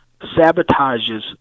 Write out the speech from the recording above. sabotages